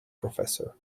professor